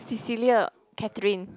Cecilia Katerine